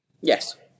Yes